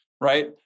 right